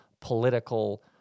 political